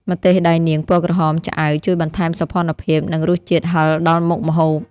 ម្ទេសដៃនាងពណ៌ក្រហមឆ្អៅជួយបន្ថែមសោភ័ណភាព និងរសជាតិហឹរដល់មុខម្ហូប។